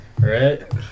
right